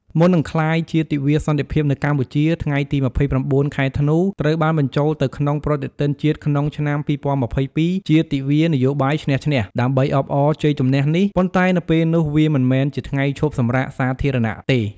មុននឹងក្លាយជា "ទិវាសន្តិភាពនៅកម្ពុជា" ថ្ងៃទី ២៩ ខែធ្នូ ត្រូវបានបញ្ចូលទៅក្នុងប្រតិទិនជាតិក្នុងឆ្នាំ ២០២២ ជា "ទិវានយោបាយឈ្នះ-ឈ្នះ" ដើម្បីអបអរសាទរជ័យជម្នះនេះ ប៉ុន្តែនៅពេលនោះវាមិនមែនជាថ្ងៃឈប់សម្រាកសាធារណៈទេ។